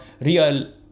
real